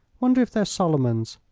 wonder if they're solomon's?